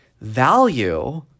Value